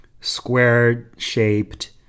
square-shaped